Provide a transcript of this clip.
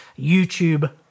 YouTube